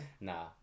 Nah